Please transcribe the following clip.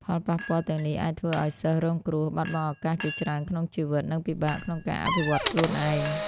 ផលប៉ះពាល់ទាំងនេះអាចធ្វើឲ្យសិស្សរងគ្រោះបាត់បង់ឱកាសជាច្រើនក្នុងជីវិត និងពិបាកក្នុងការអភិវឌ្ឍខ្លួនឯង។